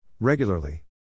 Regularly